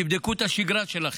תבדקו את השגרה שלכם.